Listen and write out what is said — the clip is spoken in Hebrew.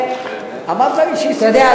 אתה יודע,